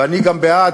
ואני גם בעד